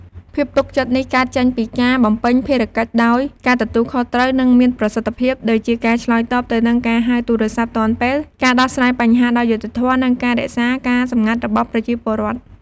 ភាពទុកចិត្តនេះកើតចេញពីការ បំពេញភារកិច្ចដោយការទទួលខុសត្រូវ និងមានប្រសិទ្ធភាព ដូចជាការឆ្លើយតបទៅនឹងការហៅទូរស័ព្ទទាន់ពេល ការដោះស្រាយបញ្ហាដោយយុត្តិធម៌ និងការរក្សាការសម្ងាត់របស់ប្រជាពលរដ្ឋ។